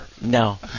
No